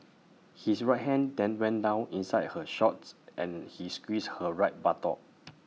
his right hand then went down inside her shorts and he squeezed her right buttock